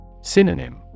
Synonym